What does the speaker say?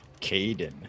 Caden